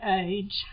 age